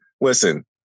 listen